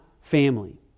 family